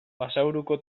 basaburuko